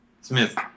Smith